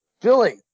Billy